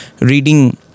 reading